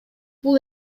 бул